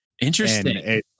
Interesting